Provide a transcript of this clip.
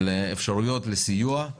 לאפשרויות לסיוע.